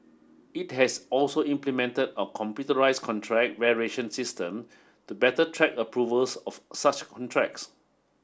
it has also implemented a computerised contract variation system to better track approvals of such contracts